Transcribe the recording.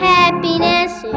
happiness